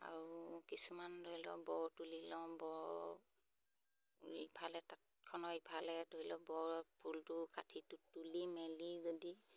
আৰু কিছুমান ধৰি লওক বৰ তুলি লওঁ বৰ ইফালে তাঁতখনৰ ইফালে ধৰি লওক বৰ ফুলটো কাটিটো তুলি মেলি যদি